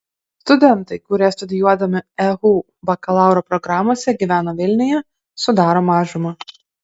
studentai kurie studijuodami ehu bakalauro programose gyvena vilniuje sudaro mažumą